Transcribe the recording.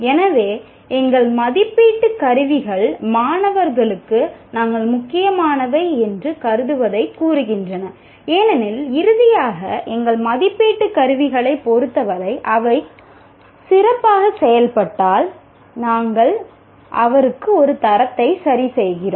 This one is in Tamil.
எனவே எங்கள் மதிப்பீட்டு கருவிகள் மாணவருக்கு நாங்கள் முக்கியமானவை என்று கருதுவதைக் கூறுகின்றன ஏனெனில் இறுதியாக எங்கள் மதிப்பீட்டு கருவிகளைப் பொறுத்தவரை அவர் சிறப்பாக செயல்பட்டால் நாங்கள் அவருக்கு ஒரு தரத்தை சரி செய்கிறோம்